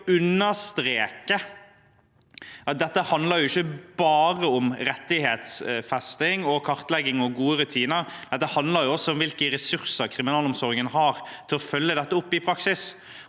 å understreke at dette ikke bare handler om rettighetsfesting, kartlegging og gode rutiner. Det handler også om hvilke ressurser kriminalomsorgen har til å følge opp dette i praksis.